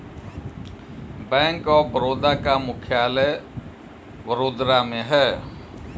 bank of Baroda का मुख्यालय वडोदरा में है